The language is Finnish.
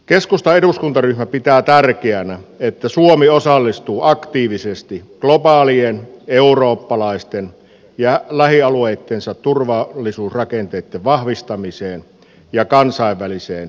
keskustan eduskuntaryhmä pitää tärkeänä että suomi osallistuu aktiivisesti globaalien eurooppalaisten ja lähialueittensa turvallisuusrakenteitten vahvistamiseen ja kansainväliseen yhteistyöhön